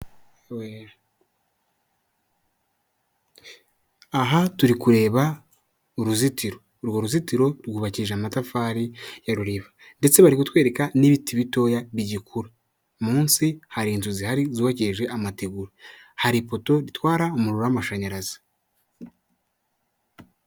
Aha turi kureba uruzitiro urwo ruzitiro rwubakije amatafari ya ruriba, ndetse bari kutwereka n'ibiti bitoya bigikura, munsi hari inzu zihari zubakishije amategura, hari i poto bitwara umuriro w'amashanyarazi.